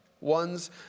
ones